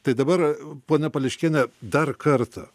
tai dabar ponia pališkiene dar kartą